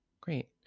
Great